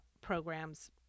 programs